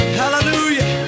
hallelujah